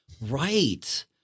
Right